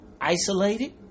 isolated